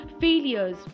failures